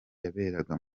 yaberaga